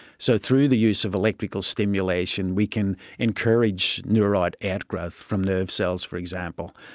so through the use of electrical stimulation we can encourage neurite outgrowth from nerve cells for example.